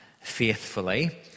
faithfully